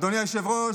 אדוני היושב-ראש,